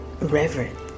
reverent